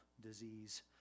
disease